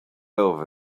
over